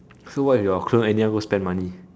so what if your clone anyhow go spend money